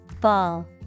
Ball